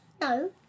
No